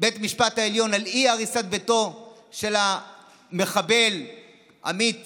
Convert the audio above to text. בית המשפט העליון על אי-הריסת ביתו של המחבל שהרג את עמית